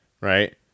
right